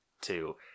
two